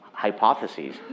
hypotheses